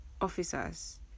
officers